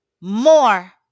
more